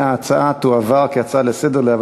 בעד העברת ההצעה כהצעה לסדר-היום,